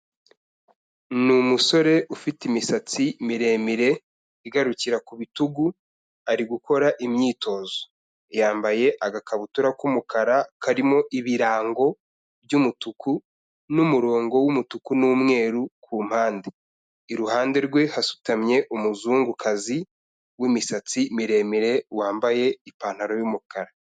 Ni umusore ufite imisatsi miremire igarukira ku bitugu, ari gukora imyitozo. Yambaye agakabutura k'umukara karimo ibirango by'umutuku n'umurongo w'umutuku n'umweru ku mpande. Iruhande rwe hasutamye umuzungukazi w'imisatsi miremire wambaye ipantaro y'umukara.